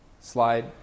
slide